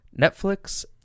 Netflix